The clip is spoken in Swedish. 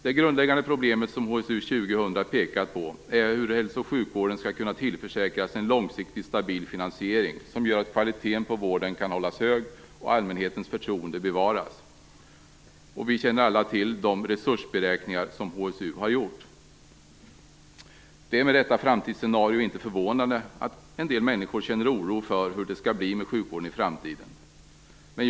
Det grundläggande problemet, som HSU 2000 pekat på, är hur hälso och sjukvården skall kunna tillförsäkras en långsiktigt stabil finansiering som gör att kvaliteten på vården kan hållas hög och allmänhetens förtroende bevaras. Vi känner alla till de resursberäkningar som HSU har gjort. Det är med detta framtidsscenario inte förvånande att en del människor känner oro för hur det skal bli med sjukvården i framtiden.